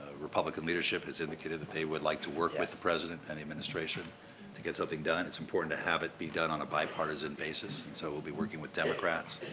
republican leadership has indicated that they would like to work with the president and the administration to get something done. it's important to have it be done on a bipartisan basis. and so, we'll be working with democrats,